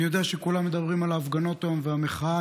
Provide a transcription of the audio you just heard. אני יודע שכולם מדברים היום על ההפגנות ועל המחאה.